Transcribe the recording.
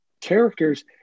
characters